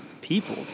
people